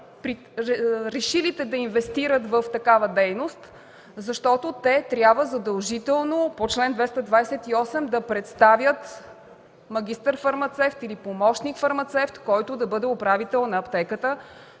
решилите да инвестират в такава дейност, защо те трябва задължително по чл. 228 да представят магистър-фармацевт или помощник-фармацевт, който да бъде управител на аптеката,